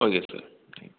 okay sir thank you